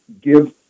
give